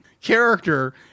character